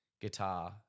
guitar